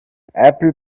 apple